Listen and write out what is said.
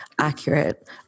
accurate